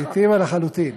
לגיטימי לחלוטין.